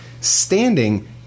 standing